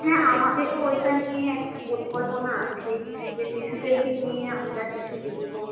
হ্যাঁ আমাদেরও ওইটা নিয়ে একটা পরিকল্পনা আছে যে শিশুদেরকে নিয়ে আমরা কিছু লিখব